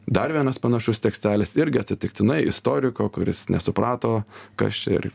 dar vienas panašus tekstelis irgi atsitiktinai istoriko kuris nesuprato kas čia ir